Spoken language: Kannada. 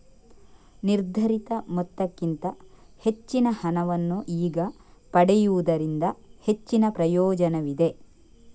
ನಿರ್ಧರಿತ ಮೊತ್ತಕ್ಕಿಂತ ಹೆಚ್ಚಿನ ಹಣವನ್ನು ಈಗ ಪಡೆಯುವುದರಿಂದ ಹೆಚ್ಚಿನ ಪ್ರಯೋಜನವಿದೆ